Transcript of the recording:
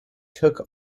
took